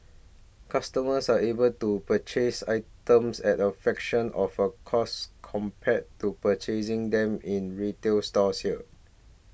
customers are able to purchase items at a fraction of a cost compared to purchasing them in retail stores here